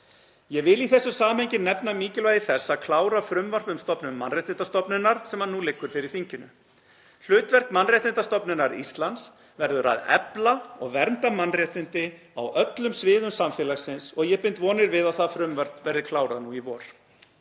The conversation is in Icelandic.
Ég vil í þessu samhengi nefna mikilvægi þess að klára frumvarp um stofnun mannréttindastofnunar sem nú liggur fyrir þinginu. Hlutverk Mannréttindastofnunar Íslands verður að efla og vernda mannréttindi á öllum sviðum samfélagsins og ég bind vonir við að það frumvarp verði klárað nú í vor.